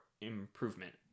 improvement